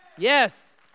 Yes